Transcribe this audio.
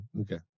Okay